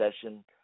session